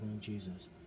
Jesus